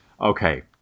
Okay